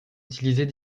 utilisés